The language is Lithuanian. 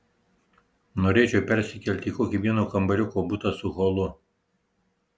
norėčiau persikelti į kokį vieno kambariuko butą su holu